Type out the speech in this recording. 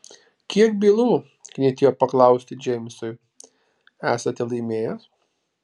kiek bylų knietėjo paklausti džeimsui esate laimėjęs